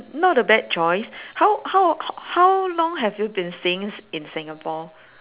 not a bad choice how how how long have you been staying in singapore